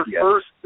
first